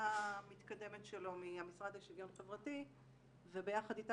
טיוטה מתקדמת שלו מהמשרד לשוויון חברתי וביחד איתה